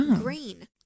Green